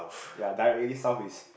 ya directly south is